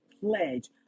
pledge